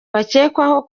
bakekwaho